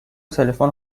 تلفن